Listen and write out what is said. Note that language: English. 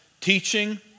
teaching